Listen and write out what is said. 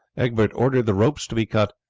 egbert ordered the ropes to be cut,